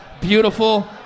beautiful